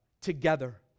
together